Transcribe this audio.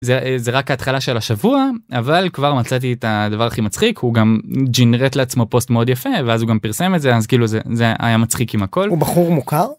זה רק ההתחלה של השבוע, אבל כבר מצאתי את הדבר הכי מצחיק, הוא גם ג'ינרט לעצמו פוסט מאוד יפה, ואז הוא גם פרסם את זה, אז כאילו זה היה מצחיק עם הכל. הוא בחור מוכר?